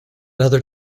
other